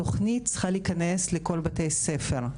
התוכנית צריכה להיכנס לכל בתי הספר,